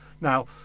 Now